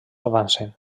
avancen